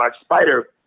spider